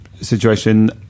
situation